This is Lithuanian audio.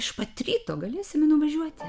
iš pat ryto galėsime nuvažiuoti